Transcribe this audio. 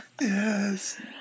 yes